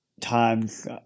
times